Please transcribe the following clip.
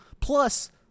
Plus